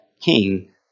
king